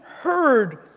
heard